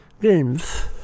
games